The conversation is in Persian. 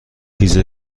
چیز